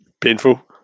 Painful